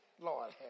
Lord